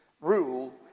rule